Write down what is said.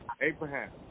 Abraham